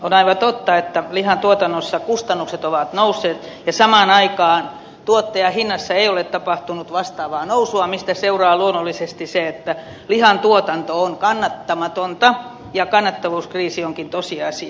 on aivan totta että lihantuotannossa kustannukset ovat nousseet ja samaan aikaan tuottajahinnassa ei ole tapahtunut vastaavaa nousua mistä seuraa luonnollisesti se että lihantuotanto on kannattamatonta ja kannattavuuskriisi onkin tosiasia